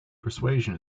persuasion